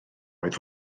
oedd